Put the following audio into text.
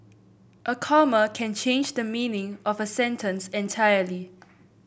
a comma can change the meaning of a sentence entirely